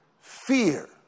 Fear